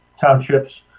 townships